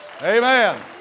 Amen